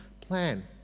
plan